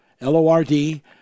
l-o-r-d